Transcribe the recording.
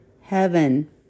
heaven